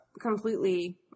completely